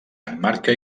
emmarca